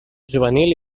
juvenil